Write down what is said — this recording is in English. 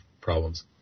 problems